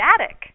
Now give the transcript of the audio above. static